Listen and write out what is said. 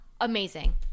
amazing